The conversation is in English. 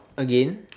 again